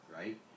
right